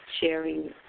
Sharing